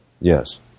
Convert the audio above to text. Yes